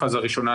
פאזה ראשונה,